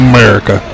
America